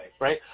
right